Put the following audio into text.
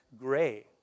gray